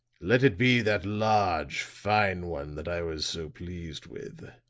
let it be that large, fine one that i was so pleased with,